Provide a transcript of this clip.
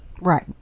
Right